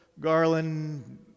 garland